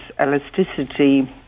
elasticity